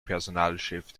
personalchef